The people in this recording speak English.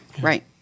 right